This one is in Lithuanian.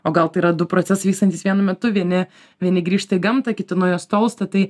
o gal tai yra du procesai vykstantys vienu metu vieni vieni grįžta į gamtą kiti nuo jos tolsta tai